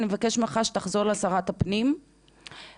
אני מבקשת ממך שתחזור לשרת הפנים ותגיד